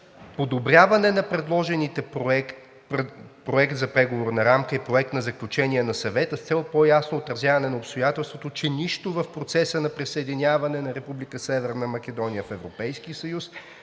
„Подобряване на предложения Проект на Преговорна рамка и Проект за Заключение на Съвета с цел по-ясно отразяване на обстоятелството, че нищо в процеса на присъединяване на Република